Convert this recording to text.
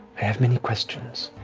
have many questions,